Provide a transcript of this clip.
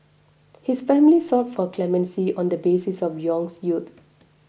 his family sought for clemency on the basis of Yong's youth